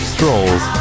Strolls